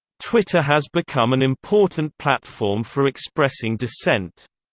twitter has become an important platform for expressing dissent.